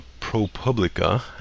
ProPublica